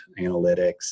analytics